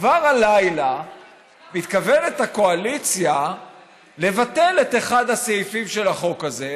כבר הלילה מתכוונת הקואליציה לבטל את אחד הסעיפים של החוק הזה,